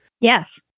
Yes